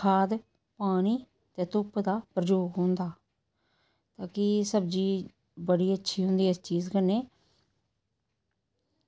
खाद पानी ते धुप्प दा प्रजोग होंदा कि सब्ज़ी बड़ी अच्छी होंदी इस चीज कन्नै